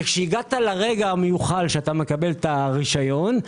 וכשהגעת לרגע המיוחל שאתה מקבל את הרשיון,